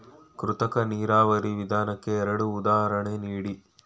ಕೃತಕ ನೀರಾವರಿ ವಿಧಾನಕ್ಕೆ ಎರಡು ಉದಾಹರಣೆ ನೀಡಿ?